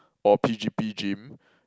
or P_G_P gym